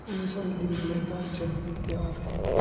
ਉੱਨੀ ਸੌ ਨੜਿਨਵੇਂ ਦਾ ਛੱਬੀ ਤਿਆਰ ਹੈ